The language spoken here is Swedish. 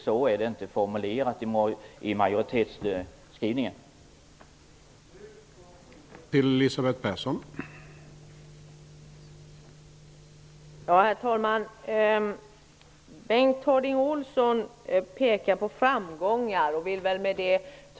Så är ju inte majoritetsskrivningen formulerad.